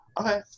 Okay